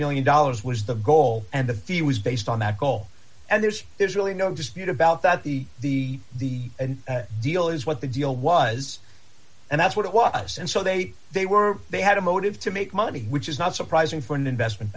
million dollars was the goal and the view was based on that goal and there's there's really no dispute about that the the the deal is what the deal was and that's what it was and so they they were they had a motive to make money which is not surprising for an investment